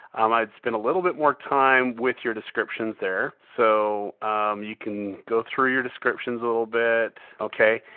um i'd spend a little bit more time with your descriptions there. so you can go through your descriptions a little bit. ok,